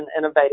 innovative